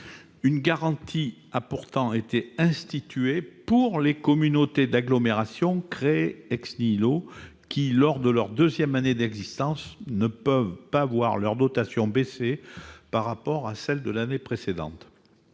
Une garantie a pourtant été instituée pour les communautés d'agglomération créées, qui, lors de leur deuxième année d'existence, ne peuvent pas voir leur dotation baisser par rapport à celle de l'année précédente.